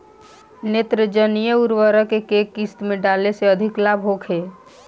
नेत्रजनीय उर्वरक के केय किस्त में डाले से अधिक लाभ होखे?